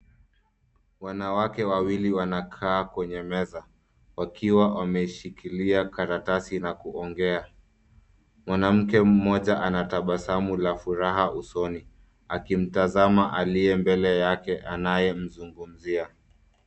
Wanawake wawili wanakaa kwenye meza wakiwa wameshikilia karatasi na kuongea. Mwanamke mmoja ana tabasamu la furaha usoni akimtazama aliye mbele yake anayemzungumzia.